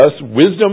wisdom